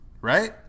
right